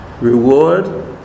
Reward